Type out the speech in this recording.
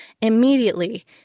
immediately